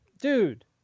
Dude